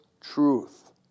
truth